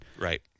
Right